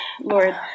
lord